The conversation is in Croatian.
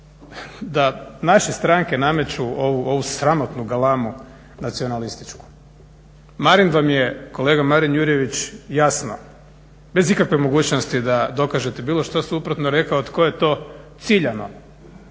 da naše stranke nameću ovu sramotnu galamu nacionalističku. Marin vam je, kolega Marin Jurjević jasno bez ikakve mogućnosti da dokažete bilo što suprotno rekao tko je to ciljano